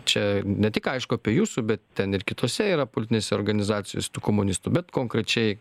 čia ne tik aišku apie jūsų bet ten ir kitose yra politinėse organizacijose tų komunistų bet konkrečiai